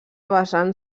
basant